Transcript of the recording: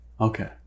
okay